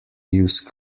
use